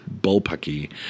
bullpucky